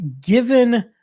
given